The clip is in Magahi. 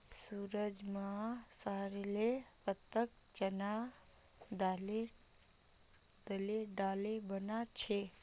संजूर मां सॉरेलेर पत्ताक चना दाले डाले बना छेक